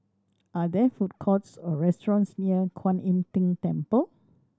are there food courts or restaurants near Kuan Im Tng Temple